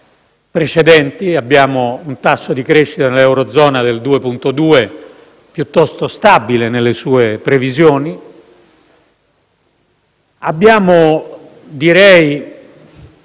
precedenti); abbiamo un tasso di crescita dell'eurozona del 2,2 per cento, piuttosto stabile nelle sue previsioni; abbiamo di